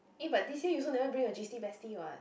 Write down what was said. eh but this year you also never bring your j_c bestie [what]